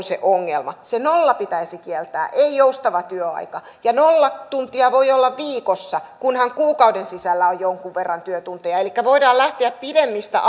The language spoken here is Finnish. se ongelma se nolla pitäisi kieltää ei joustava työaika ja nolla tuntia voi olla viikossa kunhan kuukauden sisällä on jonkun verran työtunteja elikkä voidaan lähteä pidemmistä